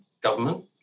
government